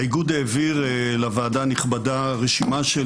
האיגוד העביר לוועדה הנכבדה רשימה של